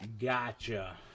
Gotcha